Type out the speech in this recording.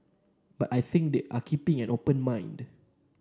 but I think that they are keeping an open mind